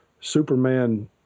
Superman